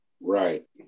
Right